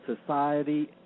society